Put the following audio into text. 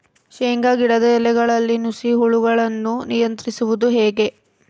ಶೇಂಗಾ ಗಿಡದ ಎಲೆಗಳಲ್ಲಿ ನುಷಿ ಹುಳುಗಳನ್ನು ನಿಯಂತ್ರಿಸುವುದು ಹೇಗೆ?